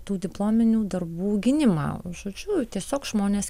tų diplominių darbų gynimą o žodžiu tiesiog žmonės